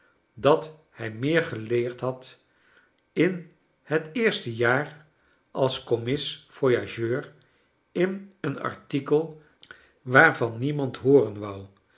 dat hij meer geleerd had in het eerste jaar als commis-voyageur in een arfcikel waarvan niemand hooren